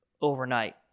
overnight